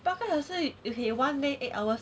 八个小时 in in one day eight hours